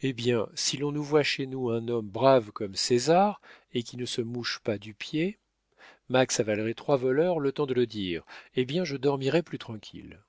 eh bien si l'on nous voit chez nous un homme brave comme césar et qui ne se mouche pas du pied max avalerait trois voleurs le temps de le dire eh bien je dormirais plus tranquille